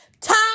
time